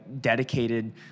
dedicated